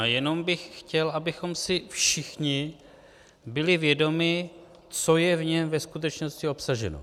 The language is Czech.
Jenom bych chtěl, abychom si všichni byli vědomi, co je v něm ve skutečnosti obsaženo.